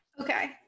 Okay